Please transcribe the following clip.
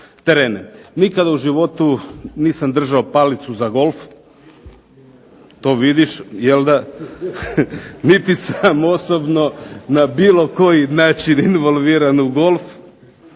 Nikad u životu nisam držao palicu za golf, to vidiš, niti sam osobno na bilo koji način involviran u golf